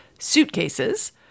suitcases